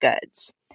goods